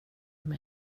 med